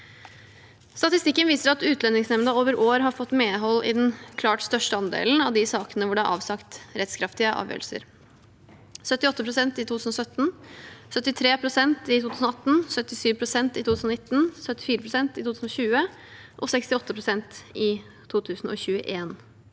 Statistikken viser at Utlendingsnemnda over år har fått medhold i den klart største andelen av de sakene hvor det er avsagt rettskraftige avgjørelser: – 78 pst. i 2017 – 73 pst. i 2018 – 77 pst. i 2019 – 74 pst. i 2020 – 68 pst. i 2021